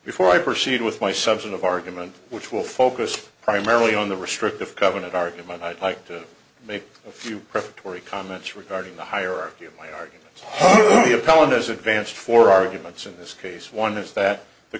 before i proceed with my subset of argument which will focus primarily on the restrictive covenant argument i'd like to make a few prefatory comments regarding the hierarchy of my argument calenders advanced for arguments in this case one is that the